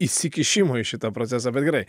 įsikišimo į šitą procesą bet gerai